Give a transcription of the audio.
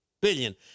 billion